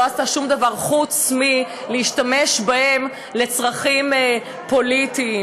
לא עשתה שום דבר חוץ מלהשתמש בהם לצרכים פוליטיים.